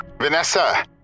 Vanessa